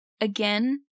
again